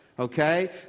Okay